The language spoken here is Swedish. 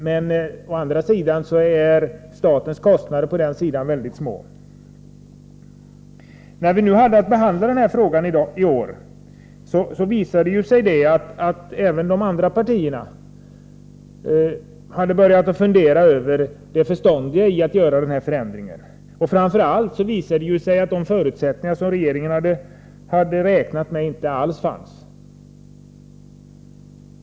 Men å andra sidan är statens kostnader i det fallet väldigt små. När vi i år hade att behandla denna fråga visade det sig att även de övriga partierna hade börjat fundera över det förståndiga i att göra denna förändring. Framför allt visade det sig att de förutsättningar som regeringen hade räknat med inte alls fanns.